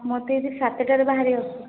ମୋତେ ଏଠି ସାତଟାରେ ବାହାରିବାକୁ ହବ